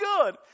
good